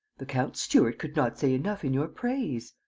the count's steward could not say enough in your praise.